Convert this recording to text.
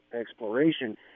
exploration